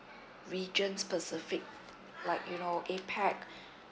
region specific like you know APAC